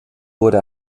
wurde